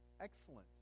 excellent